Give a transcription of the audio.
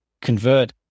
convert